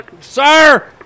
Sir